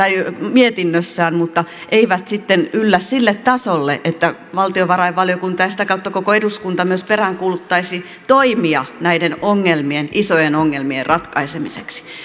mietinnössään mutta eivät sitten yllä sille tasolle että valtiovarainvaliokunta ja sitä kautta koko eduskunta myös peräänkuuluttaisivat toimia näiden ongelmien isojen ongelmien ratkaisemiseksi